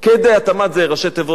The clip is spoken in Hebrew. תמ"ת זה ראשי תיבות של